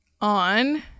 On